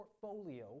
portfolio